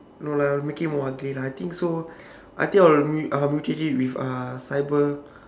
no lah I will make it more ugly lah I think so I think I will mu~ I will mutate it with uh saber